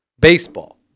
Baseball